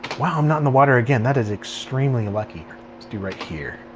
wow, i'm not in the water again. that is extremely lucky. let's do right here.